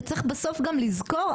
וצריך בסוף גם לזכור,